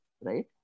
right